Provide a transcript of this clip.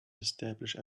establish